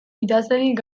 idazlerik